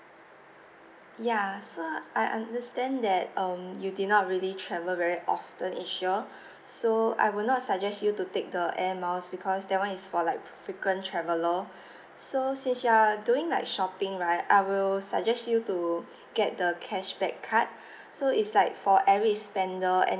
ya so I understand that uh you did not really travel very often asia so I would not suggest you to take the air miles because that one is for like frequent traveller so since you're doing like shopping right I will suggest you to get the cashback card so it's like for average spender and